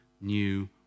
new